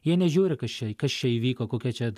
jie nežiūri kas čia kas čia įvyko kokia čia